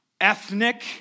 ethnic